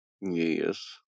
Yes